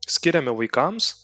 skiriame vaikams